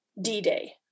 D-Day